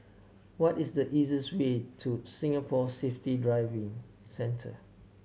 what is the easiest way to Singapore Safety Driving Centre